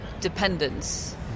dependence